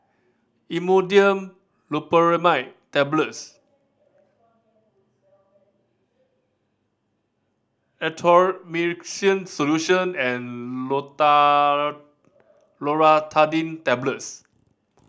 Imodium Loperamide Tablets Erythroymycin Solution and Loratadine Tablets